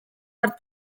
hartz